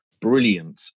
brilliant